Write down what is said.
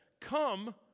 come